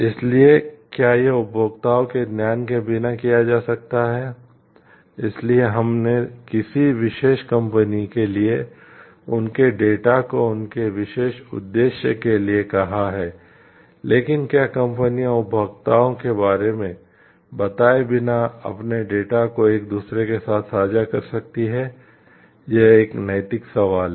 इसलिए क्या यह उपभोक्ताओं के ज्ञान के बिना किया जा सकता है इसलिए हमने किसी विशेष कंपनी के लिए उनके डेटा को उनके विशेष उद्देश्य के लिए कहा है लेकिन क्या कंपनियां उपभोक्ता के बारे में बताए बिना अपने डेटा को एक दूसरे के साथ साझा कर सकती हैं यह एक नैतिक सवाल है